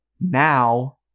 now